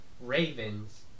ravens